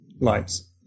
lights